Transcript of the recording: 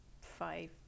five